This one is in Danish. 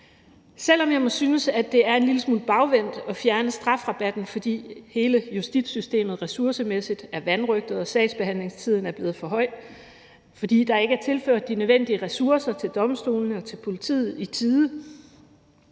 Selv om jeg må synes, at det er en lille smule bagvendt at fjerne strafrabatten, fordi hele justitssystemet ressourcemæssigt er vanrøgtet og sagsbehandlingstiden er blevet for lang, fordi der ikke er tilført de nødvendige ressourcer til domstolene og til politiet i tide,